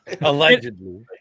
Allegedly